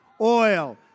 oil